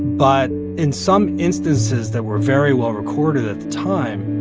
but in some instances that were very well recorded at the time,